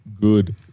Good